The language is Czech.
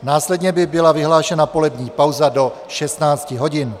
Následně by byla vyhlášena polední pauza do 16 hodin.